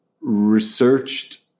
researched